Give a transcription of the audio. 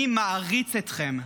אני מעריץ אתכם.